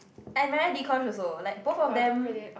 I admire Dee-Kosh also like both of them